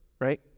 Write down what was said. right